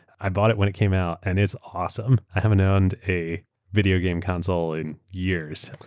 i bought it when it came out and it's awesome. i haven't owned a video game console in years,